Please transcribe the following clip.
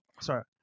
Sorry